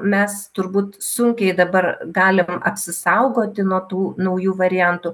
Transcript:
mes turbūt sunkiai dabar galim apsisaugoti nuo tų naujų variantų